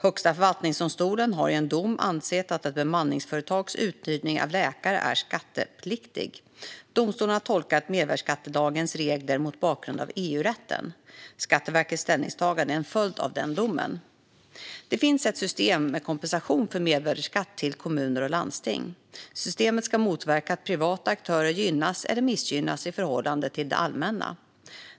Högsta förvaltningsdomstolen har i en dom ansett att ett bemanningsföretags uthyrning av läkare är skattepliktig. Domstolen har tolkat mervärdesskattelagens regler mot bakgrund av EU-rätten. Skatteverkets ställningstagande är en följd av domen. Det finns ett system med kompensation för mervärdesskatt till kommuner och landsting. Systemet ska motverka att privata aktörer gynnas eller missgynnas i förhållande till det allmänna.